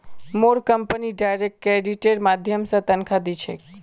मोर company direct क्रेडिटेर माध्यम स तनख़ा दी छेक